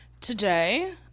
Today